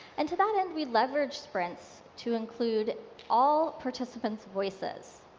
and to that end, we leverage sprints to include all participants' voices.